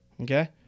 Okay